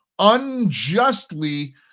unjustly